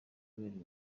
abereye